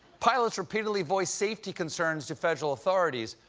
pilots repeatedly voiced safety concerns to federal authorities,